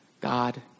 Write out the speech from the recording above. God